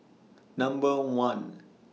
Number one